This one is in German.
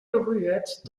berührt